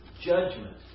judgment